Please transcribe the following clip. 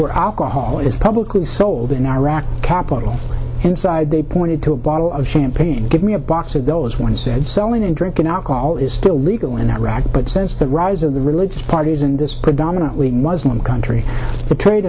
where alcohol is publicly sold in iraqi capital inside they pointed to a bottle of champagne give me a box of dollars one said selling and drinking alcohol is still legal in iraq but since the rise of the religious parties in this predominantly muslim country the trade